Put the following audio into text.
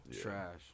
trash